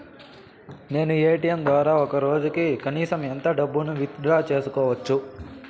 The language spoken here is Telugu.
నేను ఎ.టి.ఎం ద్వారా ఒక రోజుకి కనీసం ఎంత డబ్బును విత్ డ్రా సేసుకోవచ్చు?